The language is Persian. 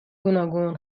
گوناگون